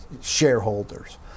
shareholders